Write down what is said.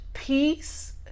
peace